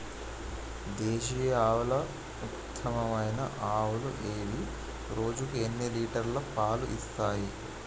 దేశీయ ఆవుల ఉత్తమమైన ఆవులు ఏవి? రోజుకు ఎన్ని లీటర్ల పాలు ఇస్తాయి?